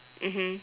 mmhmm